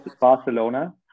Barcelona